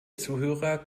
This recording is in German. zuhörer